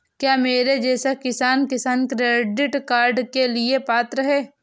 क्या मेरे जैसा किसान किसान क्रेडिट कार्ड के लिए पात्र है?